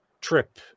trip